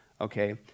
Okay